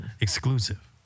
exclusive